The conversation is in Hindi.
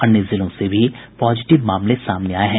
अन्य जिलों से भी पॉजिटिव मामले सामने आये हैं